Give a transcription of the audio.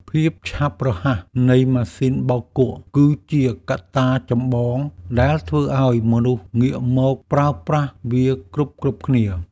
ភាពឆាប់រហ័សនៃម៉ាស៊ីនបោកគក់ គឺជាកត្តាចម្បងដែលធ្វើឱ្យមនុស្សងាកមកប្រើប្រាស់វាគ្រប់ៗគ្នា។